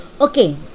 Okay